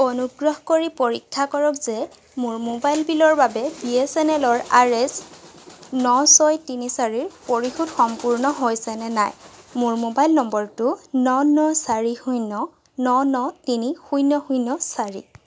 অনুগ্ৰহ কৰি পৰীক্ষা কৰক যে মোৰ মোবাইল বিলৰ বাবে বি এছ এন এলৰ আৰ এছ ন ছয় তিনি চাৰিৰ পৰিশোধ সম্পূৰ্ণ হৈছে নে নাই মোৰ মোবাইল নম্বৰটো ন ন চাৰি শূন্য ন ন তিনি শূন্য শূন্য চাৰি